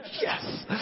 Yes